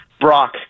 Brock